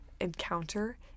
encounter